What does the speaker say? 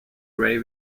grey